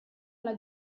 alla